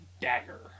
dagger